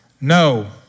No